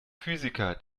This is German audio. physiker